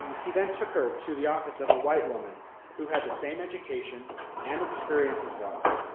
he then took her to the office of a white woman who had the same education and experience as watson,